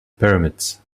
pyramids